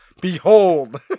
Behold